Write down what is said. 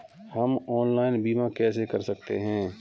हम ऑनलाइन बीमा कैसे कर सकते हैं?